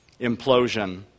Implosion